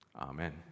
Amen